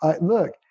Look